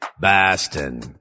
Bastin